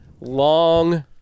long